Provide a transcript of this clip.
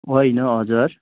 होइन हजुर